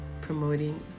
promoting